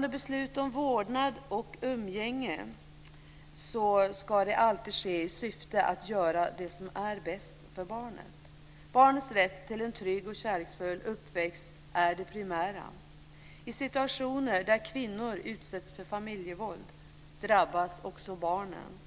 Vid beslut om vårdnad och umgänge ska syftet alltid vara att göra det som är bäst för barnet. Barnets rätt till en trygg och kärleksfull uppväxt är det primära. I situationer där kvinnor utsätts för familjevåld drabbas också barnen.